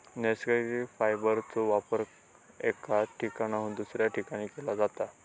नैसर्गिक फायबरचो वापर एका ठिकाणाहून दुसऱ्या ठिकाणी केला जाता